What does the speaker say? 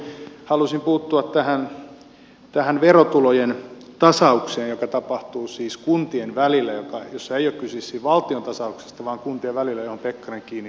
halusin puuttua tähän verotulojen tasaukseen joka tapahtuu siis kuntien välillä jossa ei ole kyse siis valtiontasauksesta vaan tasauksesta kuntien välillä mihin pekkarinen kiinnitti huomiota